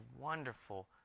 wonderful